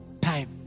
time